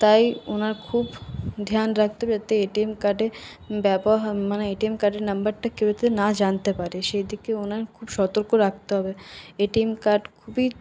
তাই ওনার খুব ধ্যান রাখতে হবে যাতে এটিএম কার্ডে ব্যবহার মানে এটিএম কার্ডের নাম্বারটা কেউ যাতে না জানতে পারে সেদিকে ওনার খুব সতর্ক রাখতে হবে এটিএম কার্ড খুবই